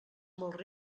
molt